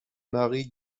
marie